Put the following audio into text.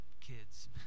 kids